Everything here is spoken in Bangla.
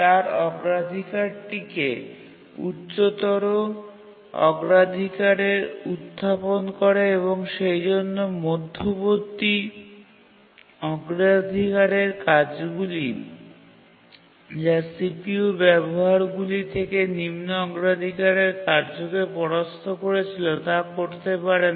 তার অগ্রাধিকারটিকে উচ্চতর অগ্রাধিকারে উত্থাপন করে এবং সেইজন্য মধ্যবর্তী অগ্রাধিকারের কাজগুলি যা CPU ব্যবহারগুলি থেকে নিম্ন অগ্রাধিকারের কার্যকে পরাস্ত করেছিল তা করতে পারে না